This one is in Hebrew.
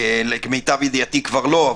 למיטב ידיעתי כבר לא,